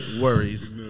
worries